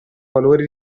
valori